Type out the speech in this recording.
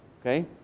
okay